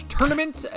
Tournament